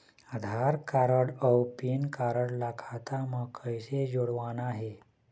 आधार card अऊ PAN card ला खाता म कइसे जोड़वाना हे?